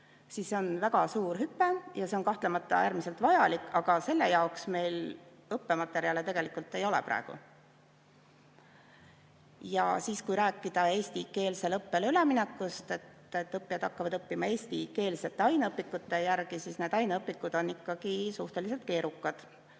C1. See on väga suur hüpe ja see on kahtlemata äärmiselt vajalik, aga selle jaoks meil õppematerjale ei ole praegu. Kui rääkida eestikeelsele õppele üleminekust, et õppijad hakkavad õppima eestikeelsete aineõpikute järgi, siis need aineõpikud on ikkagi suhteliselt keerukad.